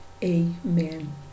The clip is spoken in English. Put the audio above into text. amen